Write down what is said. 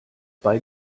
bei